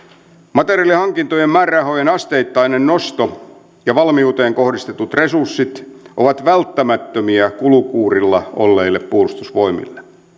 materiaalihankintojen määrärahojen asteittainen nosto ja valmiuteen kohdistetut resurssit ovat välttämättömiä kulukuurilla olleille puolustusvoimille